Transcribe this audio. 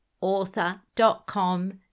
author.com